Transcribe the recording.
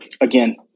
again